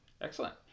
excellent